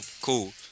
Cool